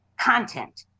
content